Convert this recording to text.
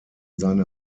seine